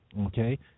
Okay